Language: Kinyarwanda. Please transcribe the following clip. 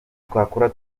twakora